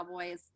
Cowboys